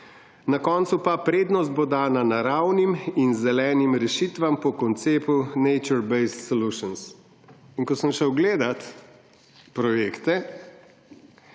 na koncu pa, »prednost bo dana naravnim in zelenim rešitvam po konceptu Nature-based solutions.« Ko sem šel gledat projekte,